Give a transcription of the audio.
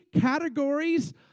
categories